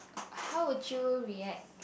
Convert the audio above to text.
how would you react